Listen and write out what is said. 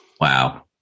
wow